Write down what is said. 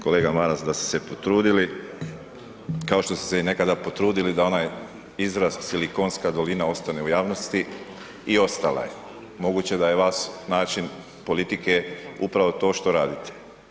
Kolega Maras da ste se potrudili, kao što ste se i nekada potrudili da onaj izraz silikonska dolina ostane u javnosti i ostala je, moguće da je vaš način politike upravo to što radite.